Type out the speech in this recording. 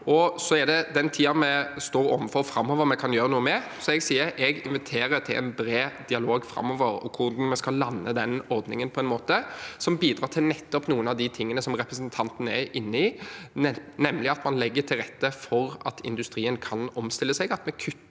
Det er den tiden vi står overfor framover, vi kan gjøre noe med, så jeg inviterer til en bred dialog framover om hvordan vi skal lande den ordningen på en måte som bidrar til nettopp noe av det som representanten er inne på, nemlig å legge til rette for at industrien kan omstille seg, at vi kutter